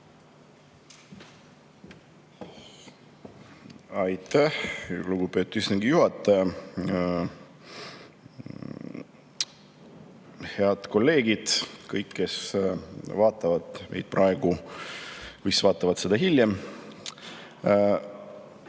Aitäh, lugupeetud istungi juhataja! Head kolleegid! Kõik, kes vaatavad meid praegu või vaatavad seda hiljem!